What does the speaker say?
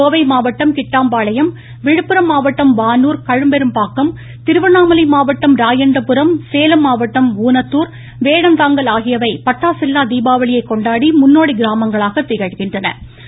கோவை மாவட்டம் கிட்டாம்பாளையம் விழுப்புரம் மாவட்டம் வானூர் கழுப்பெரும்பாக்கம் திருவண்ணாமலை மாவட்டம் ராயண்டபுரம் சேலம் மாவட்டம் ஊனத்தூர் வேடந்தாங்கல் ஆகியவை பட்டாசில்லா தீபாவளியை கொண்டாடி முன்னோடி கிராமங்களாக கிகழ்கின்றன